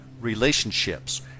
relationships